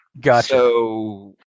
Gotcha